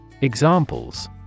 Examples